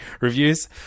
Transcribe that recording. reviews